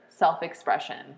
self-expression